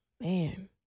man